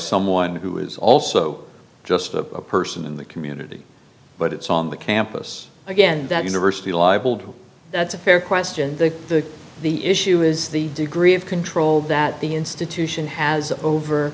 someone who is also just a person in the community but it's on the campus again that university libeled that's a fair question the the issue is the degree of control that the institution has